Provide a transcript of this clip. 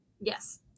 Yes